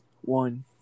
One